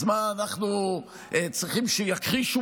אז מה, אנחנו צריכים שיכחישו